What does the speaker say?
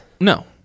No